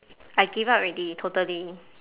I give up already totally